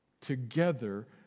Together